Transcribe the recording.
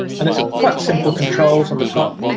and has quite simple controls on the top.